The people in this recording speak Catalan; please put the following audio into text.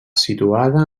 situada